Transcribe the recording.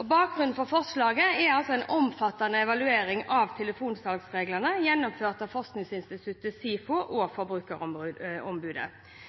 Bakgrunnen for forslaget er en omfattende evaluering av telefonsalgsreglene, gjennomført av forskningsinstituttet SIFO og